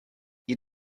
you